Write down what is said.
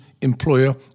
employer